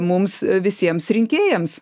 mums visiems rinkėjams